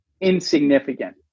insignificant